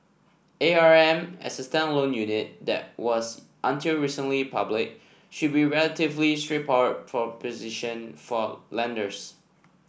A R M as a standalone unit that was until recently public should be a relatively straightforward proposition for lenders